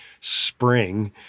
spring